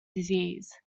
disease